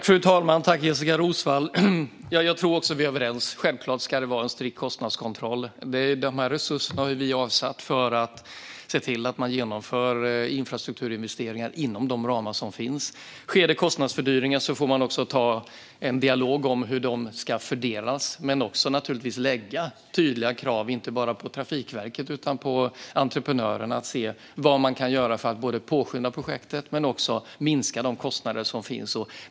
Fru talman! Jag tror också att vi är överens. Självklart ska det finnas en strikt kostnadskontroll. Resurserna har avsatts för att infrastrukturinvesteringar ska genomföras inom givna ramar. Sker det kostnadsökningar får man ta en dialog om hur de ska fördelas och lägga tydliga krav på Trafikverket och entreprenörerna. Då kan de se över vad som kan göras för att påskynda projekt och minska kostnader.